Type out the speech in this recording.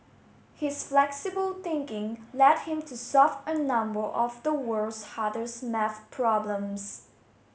his flexible thinking led him to solve a number of the world's hardest maths problems